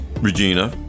Regina